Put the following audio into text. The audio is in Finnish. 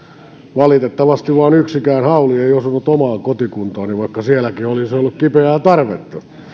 valitettavasti vaan yksikään hauli ei osunut omaan kotikuntaani vaikka sielläkin olisi ollut kipeää tarvetta